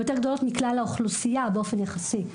יותר גדולות מכלל האוכלוסייה באופן יחסי,